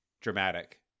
dramatic